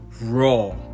Raw